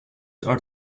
are